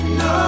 no